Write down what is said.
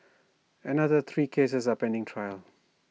another three cases are pending trial